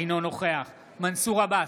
אינו נוכח מנסור עבאס,